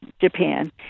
Japan